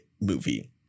movie